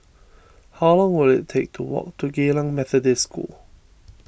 how long will it take to walk to Geylang Methodist School